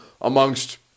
amongst